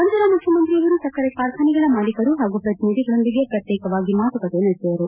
ನಂತರ ಮುಖ್ಯಮಂತ್ರಿ ಅವರು ಸಕ್ಕರೆ ಕಾರ್ಖಾನೆಗಳ ಮಾಲೀಕರು ಹಾಗೂ ಪ್ರತಿನಿಧಿಗಳೊಂದಿಗೆ ಪ್ರತ್ನೇಕವಾಗಿ ಮಾತುಕತೆ ನಡೆಸಿದರು